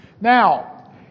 Now